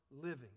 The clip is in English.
living